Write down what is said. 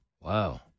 Wow